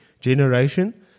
generation